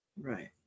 Right